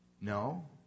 No